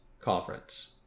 conference